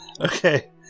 Okay